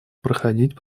проходить